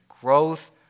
growth